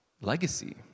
legacy